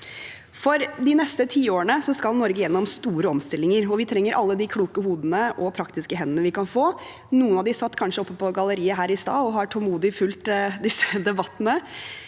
for de neste tiårene skal Norge gjennom sto re omstillinger, og vi trenger alle de kloke hodene og praktiske hendene vi kan få. Noen av dem satt kanskje oppe på galleriet her i stad og fulgte debattene